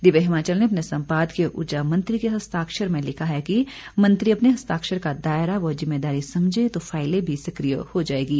दिव्य हिमाचल ने अपने संपादकीय उर्जा मंत्री के हस्ताक्षर में लिखा है कि मंत्री अपने हस्ताक्षर का दायरा व जिम्मेदारी समझें तो फाइलें भी सक्रिय हो जाएंगी